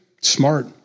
Smart